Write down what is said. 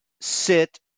sit